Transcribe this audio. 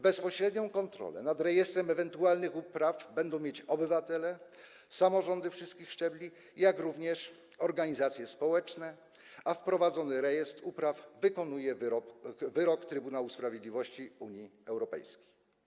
Bezpośrednią kontrolę nad rejestrem ewentualnych upraw będą mieć obywatele, samorządy wszystkich szczebli, jak również organizacje społeczne, a wprowadzenie rejestru upraw to wykonanie wyroku Trybunału Sprawiedliwości Unii Europejskiej.